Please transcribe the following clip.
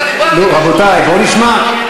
אתה דיברת, נו, רבותי, בואו נשמע.